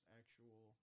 actual